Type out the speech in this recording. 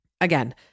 again